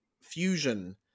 fusion